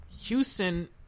Houston